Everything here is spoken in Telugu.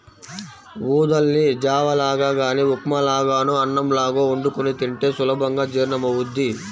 ఊదల్ని జావ లాగా గానీ ఉప్మా లాగానో అన్నంలాగో వండుకొని తింటే సులభంగా జీర్ణమవ్వుద్ది